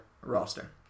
roster